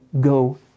go